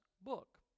book